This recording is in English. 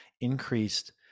increased